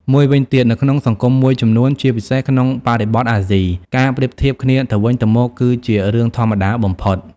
មួយវិញទៀត នៅក្នុងសង្គមមួយចំនួន ជាពិសេសក្នុងបរិបទអាស៊ី ការប្រៀបធៀបគ្នាទៅវិញទៅមក គឺជារឿងធម្មតាបំផុត។